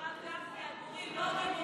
הרב גפני, הגורים, לא הגיבורים.